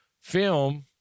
film